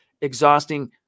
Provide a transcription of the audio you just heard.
exhausting